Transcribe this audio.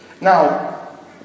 Now